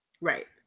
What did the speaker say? Right